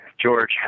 George